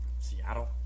Seattle